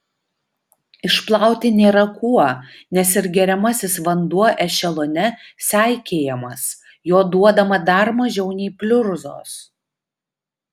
išplauti nėra kuo nes ir geriamasis vanduo ešelone seikėjamas jo duodama dar mažiau nei pliurzos